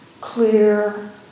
clear